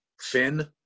Finn